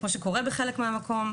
מה שקורה בחלק מהמקום,